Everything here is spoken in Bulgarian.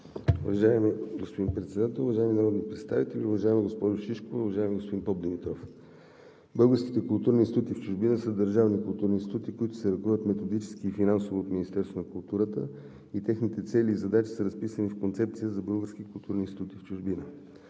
Уважаеми господин Председател, уважаеми народни представители, уважаема госпожо Шишкова, уважаеми господин Попдимитров! Българските културни институти в чужбина са държавни културни институти, които се ръководят методически и финансово от Министерството на културата, и техните цели и задачи са разписани в Концепция за българските културни институти в чужбина.